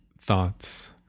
thoughts